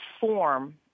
form